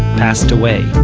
passed away.